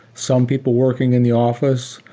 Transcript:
some people working in the office,